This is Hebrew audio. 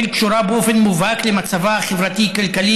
קשורה באופן מובהק למצבה החברתי-כלכלי,